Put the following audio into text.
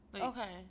Okay